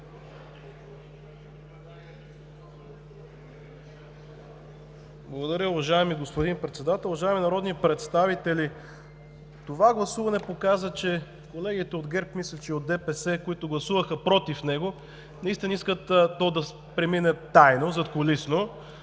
Благодаря, уважаеми господин Председател. Уважаеми народни представители! Това гласуване показа, че колегите от ГЕРБ, а мисля, че и от ДПС, които гласуваха против него, наистина искат да премине тайно и задкулисно.